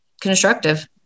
constructive